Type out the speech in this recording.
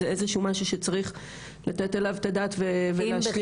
זה איזשהו משהו שצריך לתת עליו את הדעת ולהשלים אותו.